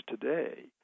today